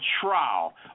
trial